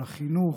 לחינוך,